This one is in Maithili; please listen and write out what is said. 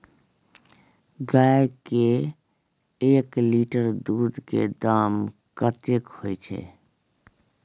गाय के एक लीटर दूध के दाम कतेक होय छै?